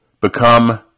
become